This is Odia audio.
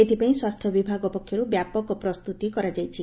ଏଥିପାଇଁ ସ୍ୱାସ୍ଥ୍ୟ ବିଭାଗ ପକ୍ଷରୁ ବ୍ୟାପକ ପ୍ରସ୍ତୁତି କରାଯାଇଛି